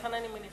לכן אני מניחה,